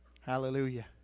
Hallelujah